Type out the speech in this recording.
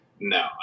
No